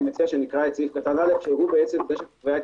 אני מציע שנקרא את סעיף קטן (א) שהוא קובע את